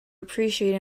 appreciate